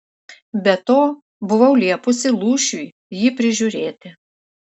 be to buvau liepusi lūšiui jį prižiūrėti